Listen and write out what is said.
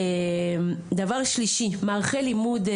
דבר שלישי מערכי לימוד,